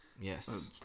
Yes